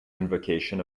invocation